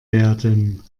werden